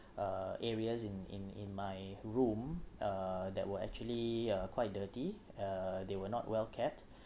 uh areas in in in my room uh that were actually uh quite dirty uh they were not well cared